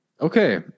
okay